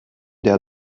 der